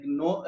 no